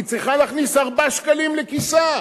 היא צריכה להכניס 4 שקלים לכיסה?